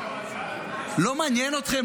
לא מעניין אתכם?